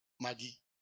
Maggie